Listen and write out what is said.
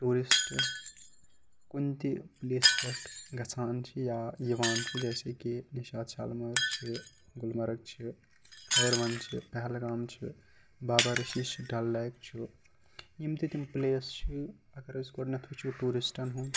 tourist کُنہِ تہِ place پٮ۪ٹھ گژھان چھِ یا یِوان چھِ جیسے کہِ نِشاط شالمور چھِ گُلمَرگ چھِ ہٲروَن چھِ پہلگام چھِ بابا ریٖشی چھِ ڈَل لیک چھُ یِم تہِ تِم پٕلیس چھِ اگر أسۍ گۄڈٕنٮ۪تھ وٕچھو ٹوٗرِسٹَن ہُنٛد